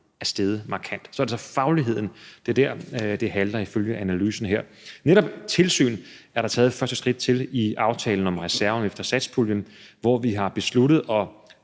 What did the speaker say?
at det er i forhold til fagligheden, det ifølge analysen her halter. Netop tilsynet er der taget et første skridt til i aftalen om reserven efter satspuljen, hvor vi har besluttet, at